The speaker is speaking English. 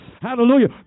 Hallelujah